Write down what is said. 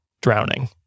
drowning